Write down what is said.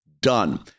done